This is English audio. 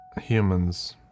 Humans